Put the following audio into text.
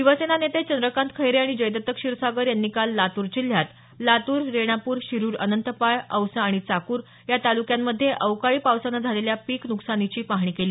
शिवसेना नेते चंद्रकांत खैरे आणि जयदत्त क्षीरसागर यांनी काल लातूर जिल्ह्यात लातूर रेणापूर शिरुर अनंतपाळ औसा चाकूर या तालुक्यांमध्ये अवकाळी पावसानं झालेल्या पिक नुकसानीची पाहणी केली